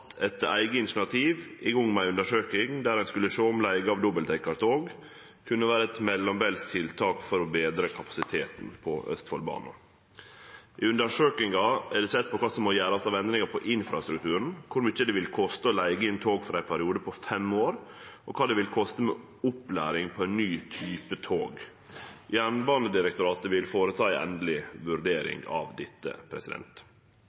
eige initiativ i gang med ei undersøking der ein skulle sjå om leige av dobbeldekkartog kunne vere eit mellombels tiltak for å betre kapasiteten på Østfoldbanen. I undersøkinga er det sett på kva som må gjerast av endringar på infrastrukturen, kor mykje det vil koste å leige inn tog for ein periode på fem år, og kva det vil koste med opplæring på ein ny type tog. Jernbanedirektoratet vil gjere ei